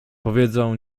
powiedzą